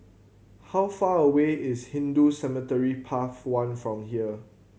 how far away is Hindu Cemetery Path One from here